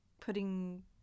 putting